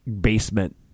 basement